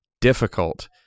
difficult